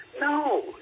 No